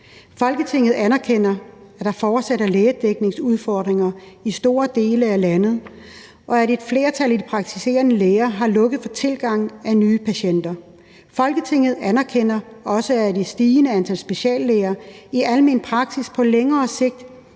»Folketinget anerkender, at der fortsat er lægedækningsudfordringer i store dele af landet, og at et flertal af de praktiserende læger har lukket for tilgang af nye patienter. Folketinget anerkender også, at et stigende antal speciallæger i almen praksis på længere sigt